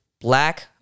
black